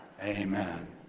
Amen